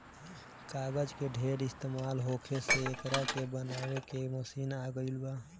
कागज के ढेर इस्तमाल होखे से एकरा के बनावे के मशीन आ गइल बा